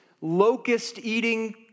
locust-eating